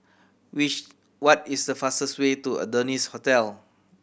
which what is the fastest way to Adonis Hotel